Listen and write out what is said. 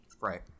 Right